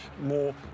more